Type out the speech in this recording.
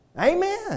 Amen